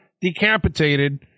decapitated